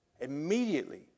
immediately